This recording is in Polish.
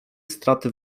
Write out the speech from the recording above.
straty